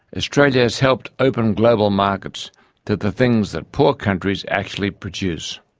australia has helped open global markets to the things that poor countries actually produce,